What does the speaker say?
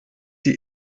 sie